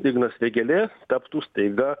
ignas vėgėlė taptų staiga